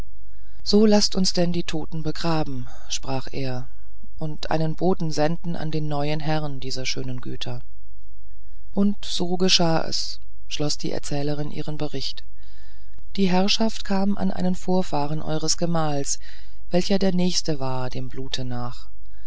so laßt uns denn die toten begraben sprach er und einen boten senden an den neuen herrn dieser schönen güter und so geschah es schloß die erzählerin ihren bericht die herrschaft kam an einen vorfahren eures gemahls welcher der nächste war dem blute nach